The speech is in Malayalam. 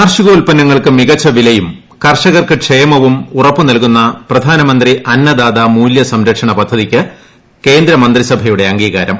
കാർഷികോത്പന്നങ്ങൾക്ക് മികച്ച വിലയും കർഷകർക്ക് ക്ഷേമവും ഉറപ്പു നല്കുന്ന പ്രധാനമന്ത്രി അന്നദാതാ സംരക്ഷണ പദ്ധതിക്ക് കേന്ദ്രമന്ത്രിസഭയുടെ മൂല്യ അംഗീകാരം